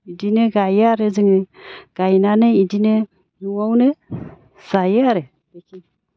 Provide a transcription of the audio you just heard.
इदिनो गायो आरो जोङो गायनानै इदिनो न'आवनो जायो आरो